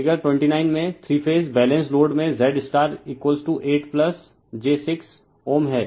figure 29 में three phase balanced load में Z star 8 j 6 Ω है